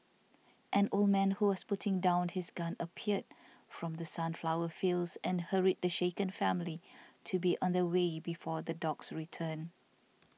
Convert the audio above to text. an old man who was putting down his gun appeared from the sunflower fields and hurried the shaken family to be on their way before the dogs return